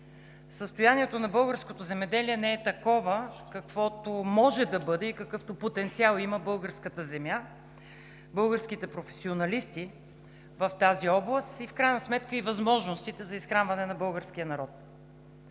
състоянието на българското земеделие не е такова, каквото може да бъде и какъвто потенциал има българската земя, българските професионалисти в тази област и в крайна сметка и възможностите за изхранване на българския народ.